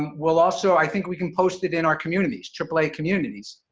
we'll also, i think we can post it in our communities, aaa communities,